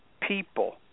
people